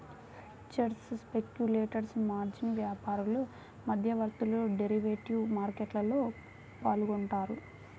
hedgers, speculators, margin వ్యాపారులు, మధ్యవర్తులు derivative మార్కెట్లో పాల్గొంటారు